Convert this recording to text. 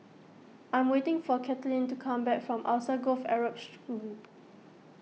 I'm waiting for Cathleen to come back from Alsagoff Arab